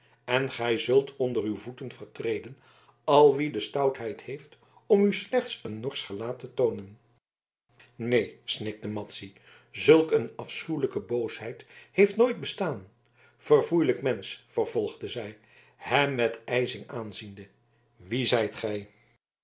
en gij zult onder uw voeten vertreden al wie de stoutheid heeft om u slechts een norsch gelaat te toonen neen snikte madzy zulk een afschuwelijke boosheid heeft nooit bestaan verfoeilijk mensch vervolgde zij hem met ijzing aanziende wie zijt gij